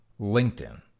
LinkedIn